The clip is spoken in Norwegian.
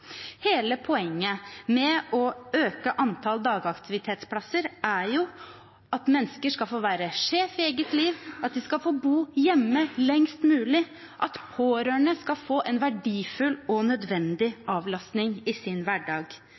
Hele poenget med å øke antall dagaktivitetsplasser er at mennesker skal få være sjef i eget liv, at de skal få bo hjemme lengst mulig, at pårørende skal få en verdifull og nødvendig avlastning i sin hverdag.